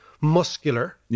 muscular